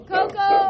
Coco